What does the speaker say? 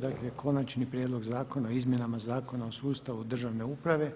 Dakle, - Konačni prijedlog zakona o izmjenama Zakona o sustavu državne uprave,